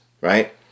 right